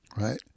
Right